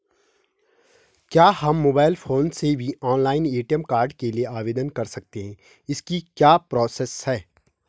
क्या हम mobile phone से भी ऑनलाइन ए.टी.एम कार्ड के लिए आवेदन कर सकते हैं इसकी क्या प्रोसेस है?